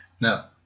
No